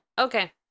okay